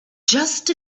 just